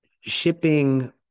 shipping